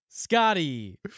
Scotty